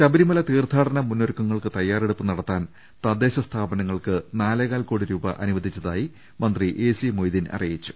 ശബരിമല തീർത്ഥാടന മുന്നൊരുക്കങ്ങൾക്ക് തയ്യാറെടുപ്പ് നട ത്താൻ തദ്ദേശ സ്ഥാപനങ്ങൾക്ക് നാലേകാൽ ക്വോടി രൂപ അനുവ ദിച്ചതായി മന്ത്രി എ സി മൊയ്തീൻ അറിയിച്ചു